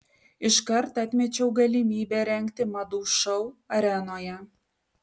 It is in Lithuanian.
iškart atmečiau galimybę rengti madų šou arenoje